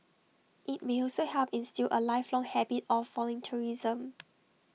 IT may also help instil A lifelong habit of volunteerism